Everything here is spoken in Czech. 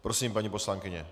Prosím, paní poslankyně.